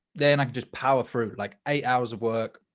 then i can just power fruit, like eight hours of work.